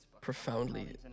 profoundly